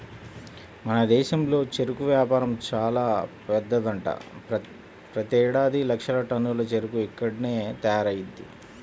మన దేశంలో చెరుకు వ్యాపారం చానా పెద్దదంట, ప్రతేడాది లక్షల టన్నుల చెరుకు ఇక్కడ్నే తయారయ్యిద్ది